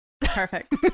Perfect